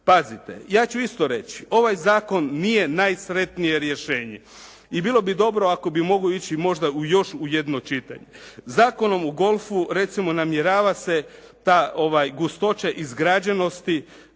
Pazite, ja ću isto reći. Ovaj zakon nije najsretnije rješenje i bilo bi dobro ako bi mogao ići u još jedno čitanje. Zakonom o golfu recimo namjerava se ta gustoća izgrađenosti